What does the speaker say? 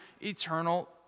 eternal